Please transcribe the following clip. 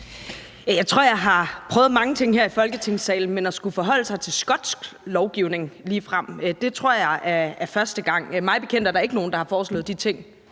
(S): Jeg har prøvet mange ting her i Folketingssalen, men ligefrem at skulle forholde mig til skotsk lovgivning tror jeg er første gang. Mig bekendt er der ikke nogen, der har foreslået de ting